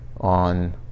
on